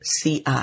CI